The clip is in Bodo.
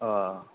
अ